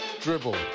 Dribble